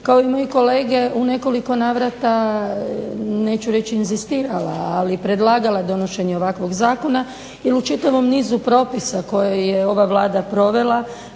kao i moji kolege u nekoliko navrata neću reći inzistirala, ali predlagala donošenje ovakvog zakona jer u čitavom nizu propisa koje je ova Vlada provela